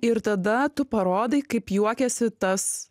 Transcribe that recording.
ir tada tu parodai kaip juokiasi tas